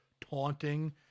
taunting